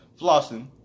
Flossing